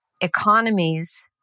economies